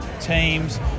teams